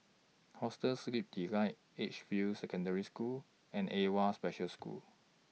Hostel Sleep Delight Edgefield Secondary School and AWWA Special School